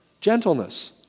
gentleness